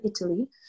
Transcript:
Italy